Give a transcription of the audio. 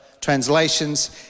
translations